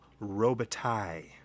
robitaille